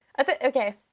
Okay